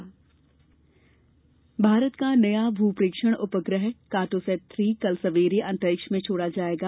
इसरो भारत का नया भू प्रेक्षण उपग्रह कार्टोसैट थ्री कल सवेरे अंतरिक्ष में छोड़ा जायेगा